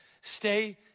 stay